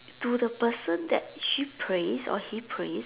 to the person that she praise or he praise